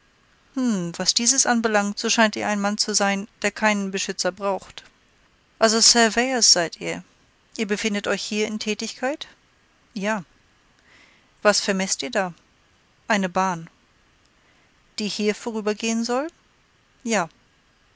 was dieses anbelangt so scheint ihr ein mann zu sein der keinen beschützer braucht also surveyors seid ihr ihr befindet euch hier in tätigkeit ja was vermeßt ihr da eine bahn die hier vorübergehen soll ja